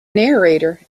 narrator